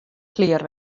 klear